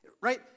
Right